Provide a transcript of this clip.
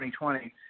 2020